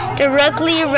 directly